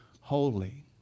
holy